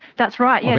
that's right, yeah